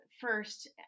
first